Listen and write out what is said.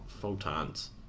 photons